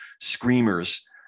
screamers